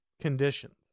conditions